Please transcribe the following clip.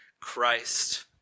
Christ